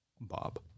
Bob